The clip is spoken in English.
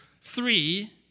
three